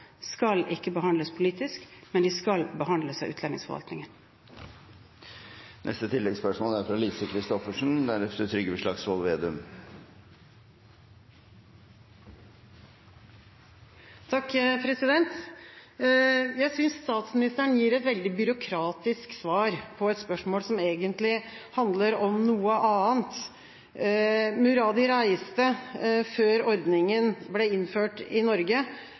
ikke skal behandles politisk, men at de skal behandles av utlendingsforvaltningen. Lise Christoffersen – til oppfølgingsspørsmål. Jeg synes statsministeren gir et veldig byråkratisk svar på et spørsmål som egentlig handler om noe annet. Muradi reiste før ordninga ble innført i Norge.